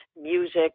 music